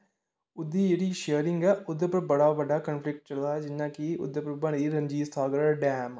ओहदी जेहड़ी शेयरिंग ऐ ओहदे उप्पर बड़ा बड्डा जेहड़ा कन्फलिक्ट चला दा ऐ जियां कि ओहदे उप्पर बनी दी रंजीत सागर डैम